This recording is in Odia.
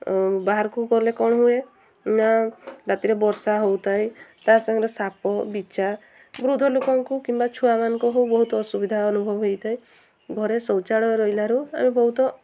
ବାହାରକୁ ଗଲେ କ'ଣ ହୁଏ ନା ରାତିରେ ବର୍ଷା ହେଉଥାଏ ତା ସାଙ୍ଗରେ ସାପ ବିଛା ବୃଦ୍ଧ ଲୋକଙ୍କୁ କିମ୍ବା ଛୁଆମାନଙ୍କ ହେଉ ବହୁତ ଅସୁବିଧା ଅନୁଭବ ହୋଇଥାଏ ଘରେ ଶୌଚାଳୟ ରହିଲାରୁ ଆମେ ବହୁତ